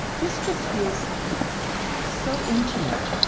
this just feels so intimate.